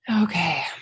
Okay